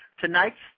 Tonight's